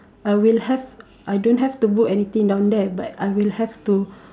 I will have I don't have to book anything down there but I will have to